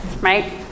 right